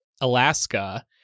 Alaska